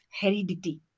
heredity